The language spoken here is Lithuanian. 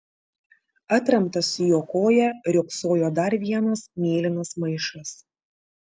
atremtas į jo koją riogsojo dar vienas mėlynas maišas